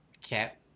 Cap